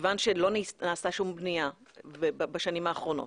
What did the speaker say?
כיוון שלא נעשתה שום בנייה בשנים האחרונות